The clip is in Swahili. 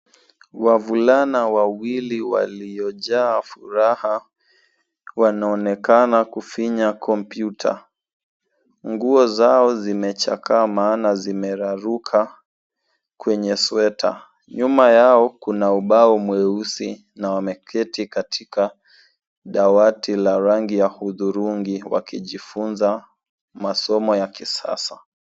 Wavulana wawili waliojaa furaha wanaonekana kufinya kompyuta. Nguo zao zimechakaa maana zimeraruka kwenye sweta. Nyuma yao kuna ubao mweusi na wameketi katika dawati la rangi ya hudhurungi wakijifunza masomo ya kisasa.